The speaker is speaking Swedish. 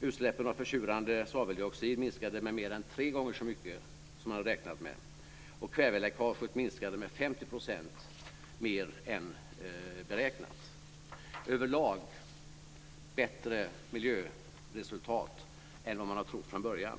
utsläppen av försurande svaveldioxid minskade med mer än tre gånger så mycket som man hade räknat med och kväveläckaget minskade med 50 % mer än beräknat. Överlag var det bättre miljöresultat än vad man hade trott från början.